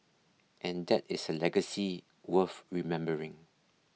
and that is a legacy worth remembering